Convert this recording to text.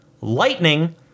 lightning